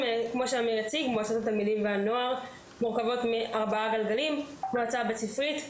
מועצות התלמידים והנוער מורכבות מארבעה גלגלים: מועצה בית ספרית,